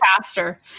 faster